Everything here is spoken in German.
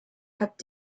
hat